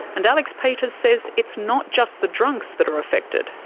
and alex peters says it's not just the drunks that are affected.